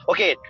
Okay